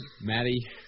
Maddie